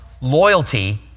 loyalty